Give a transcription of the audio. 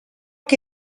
què